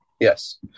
Yes